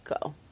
Go